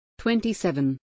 27